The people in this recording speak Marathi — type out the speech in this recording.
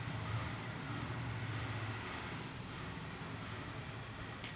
बटाटे च्या शेतीसाठी हॉल्म टॉपर चा उपयोग केला जातो